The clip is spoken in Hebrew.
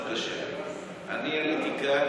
הוא הזכיר